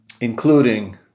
including